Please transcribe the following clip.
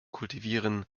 kultivieren